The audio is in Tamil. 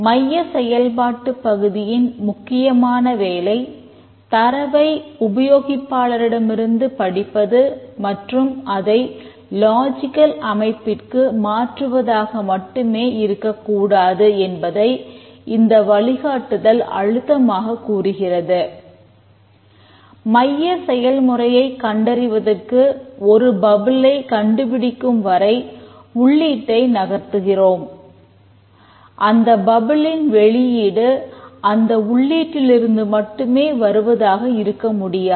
மைய செயல்பாட்டுப் பகுதியின் முக்கியமான வேலை தரவை உபயோகிப்பாளரிடமிருந்து படிப்பது மற்றும் அதை லாஜிக்கல் வெளியீடு அந்த உள்ளீட்டிலிருந்து மட்டுமே வருவதாக இருக்க முடியாது